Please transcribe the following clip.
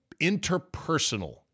interpersonal